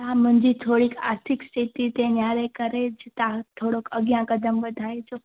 हा मुंहिंजी थोरी आर्थिक ते नियारे करे तव्हां थोरो अॻिया कदम वधायो